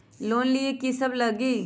Loan लिए की सब लगी?